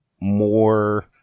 more